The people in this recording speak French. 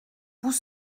vous